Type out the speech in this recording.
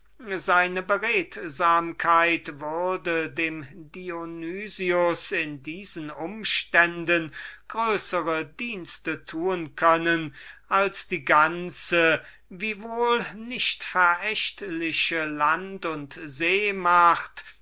seine beredsamkeit dem dionys in diesen umständen größere dienste tun könne als die ganze wiewohl nicht verächtliche land und seemacht